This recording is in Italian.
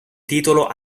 titolo